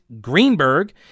Greenberg